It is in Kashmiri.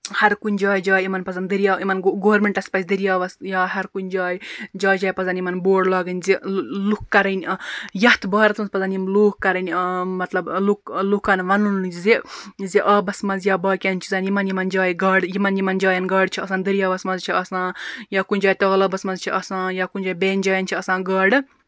ہَر کُنہِ جایہِ جایہِ یِمن پَزَن دٔرۍیاو گورمینٹَس پَزِ دٔرۍیاوَس یا ہر کُنہِ جایہِ جایہِ جایہِ پَزَن یِمن بورڈ لاگٕنۍ زِ لوٗکھ کَرٕنۍ یَتھ بارَس منٛز پَزَن یِم لوٗکھ کَرٕنۍ مطلب لوٗکھ لوٗکَن وَنُن زِ زِ آبَس منٛز یا باقین چیٖزَن یِمن یِمن جاین گاڈٕ یِمن یِمن جاین گاڈٕ چھےٚ آسان دٔرۍیاوس منٛز چھِ آسان یا کُنہِ جایہِ تَلابَس منٛز چھِ آسان یا کُنہِ جایہِ بیٚیَن جاین چھِ آسان گاڈٕ